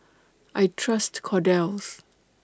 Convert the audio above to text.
I Trust Kordel's